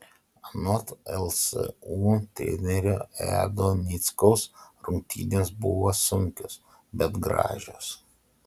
anot lsu trenerio edo nickaus rungtynės buvo sunkios bet gražios